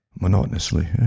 Monotonously